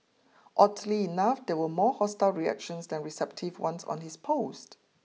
oddly enough there were more hostile reactions than receptive ones on his post